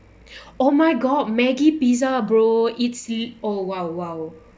oh my god maggie pizza bro it's oh !wow! !wow!